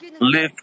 live